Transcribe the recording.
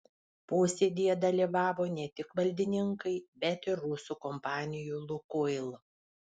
posėdyje dalyvavo ne tik valdininkai bet ir rusų kompanijų lukoil